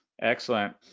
Excellent